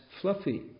Fluffy